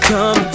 Come